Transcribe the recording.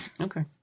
Okay